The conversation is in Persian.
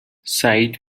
سعید